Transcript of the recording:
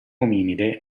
ominide